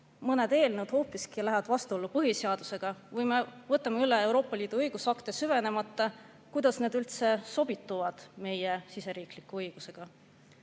mõned eelnõud hoopiski lähevad vastuollu põhiseadusega või me võtame üle Euroopa Liidu õigusakte, süvenemata, kuidas need sobituvad meie siseriikliku õigusega.